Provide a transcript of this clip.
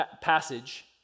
passage